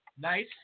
Nice